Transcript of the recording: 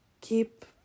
keep